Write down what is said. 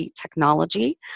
technology